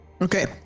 Okay